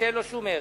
שאין לו שום ערך,